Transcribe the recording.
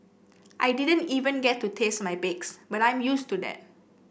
I didn't even get to taste my bakes but I'm used to that